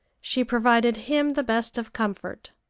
she provided him the best of comfort.